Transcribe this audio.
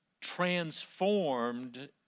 transformed